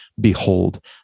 behold